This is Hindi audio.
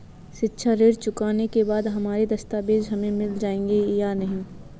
शिक्षा ऋण चुकाने के बाद हमारे दस्तावेज हमें मिल जाएंगे या नहीं?